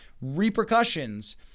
repercussions